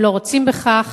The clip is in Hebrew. הם לא רוצים בכך,